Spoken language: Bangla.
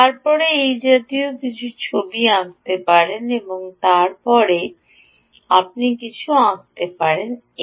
তারপরে আপনি এই জাতীয় কিছু আঁকতে পারেন এবং এরপরে আপনি কিছু আঁকতে পারেন এই